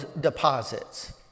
deposits